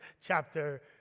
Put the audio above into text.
chapter